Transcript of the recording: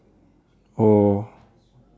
or